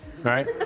right